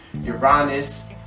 Uranus